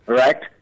right